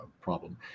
problem